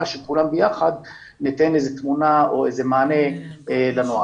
שכולם ביחד ניתן איזו תמונה או איזה מענה לנוער.